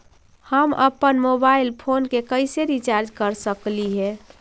हम अप्पन mobile phone के कैसे रिचार्ज कर सकली हे?